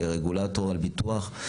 כרגולטור על הביטוח,